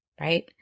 right